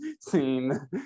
scene